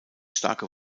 starke